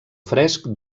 fresc